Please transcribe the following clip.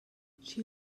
she